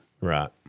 Right